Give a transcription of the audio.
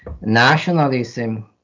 nationalism